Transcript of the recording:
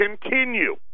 continue